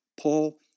Paul